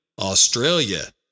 Australia